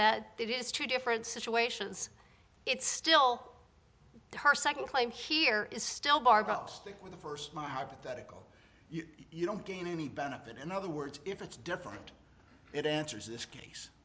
that it is two different situations it's still the heart second claim here is still barbells stick with the first my pathetic oh you don't gain any benefit in other words if it's different it answers this case